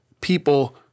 people